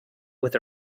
with